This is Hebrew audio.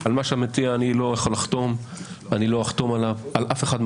אז לא היה צריך את סעיף שמירת הדינים כדי להגן מפני